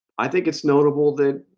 i think it's notable that